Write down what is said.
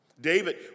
David